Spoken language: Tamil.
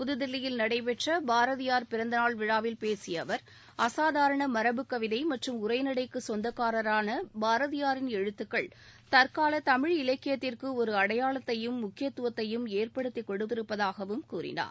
புதுதில்லியில் நடைபெற்ற பாரதியார் பிறந்தநாள் விழாவில் பேசிய அவர் அசாதாரண மரபுக் கவிதை மற்றும் உரைநடைக்கு சொந்தக்காரரான பாரதியாரின் எழுத்துக்கள் தற்கால தமிழ் இலக்கியத்திற்கு ஒரு அடையாளத்தையும் முக்கியத்துவத்தையும் ஏற்படுத்திக் கொடுத்திருப்பதாகவும் கூறினார்